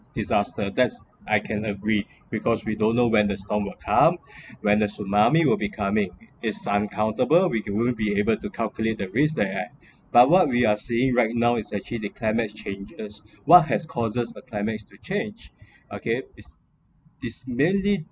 disaster that's I can agree because we don't know when the storm will come when the tsunami will be coming it’s uncountable we cannot be able to calculate the risk they are but what we are seeing right now is actually the climate changes what has causes a climate to change okay is is mainly